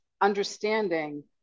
understanding